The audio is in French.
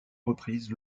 reprises